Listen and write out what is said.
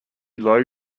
low